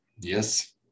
Yes